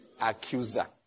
Accuser